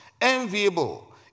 enviable